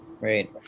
Right